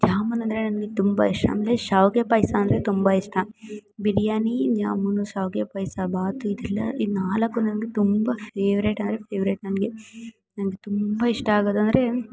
ಜಾಮೂನ್ ಅಂದರೆ ನನಗೆ ತುಂಬ ಇಷ್ಟ ಮತ್ತೆ ಶಾವಿಗೆ ಪಾಯಸ ಅಂದರೆ ತುಂಬ ಇಷ್ಟ ಬಿರಿಯಾನಿ ಜಾಮೂನು ಶಾವಿಗೆ ಪಾಯಸ ಬಾತು ಇದೆಲ್ಲ ಈ ನಾಲ್ಕು ನನಗೆ ತುಂಬ ಫೆವ್ರೇಟ್ ಅಂದರೆ ಫೆವ್ರೇಟ್ ನನಗೆ ನನಗೆ ತುಂಬ ಇಷ್ಟ ಆಗೋದಂದರೆ